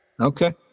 Okay